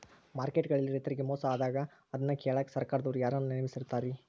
Market ಗಳಲ್ಲಿ ರೈತರಿಗೆ ಮೋಸ ಆದಾಗ ಅದನ್ನ ಕೇಳಾಕ್ ಸರಕಾರದವರು ಯಾರನ್ನಾ ನೇಮಿಸಿರ್ತಾರಿ?